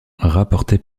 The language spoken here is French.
rapportée